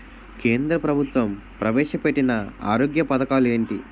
కేంద్ర ప్రభుత్వం ప్రవేశ పెట్టిన ఆరోగ్య పథకాలు ఎంటి?